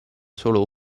solo